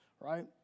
right